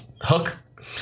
Hook